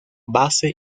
base